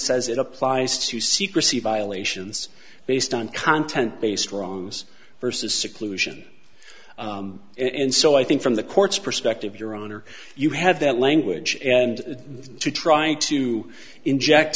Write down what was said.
says it applies to secrecy violations based on content based wrongs versus seclusion and so i think from the court's perspective your honor you have that language and to trying to inject